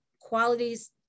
qualities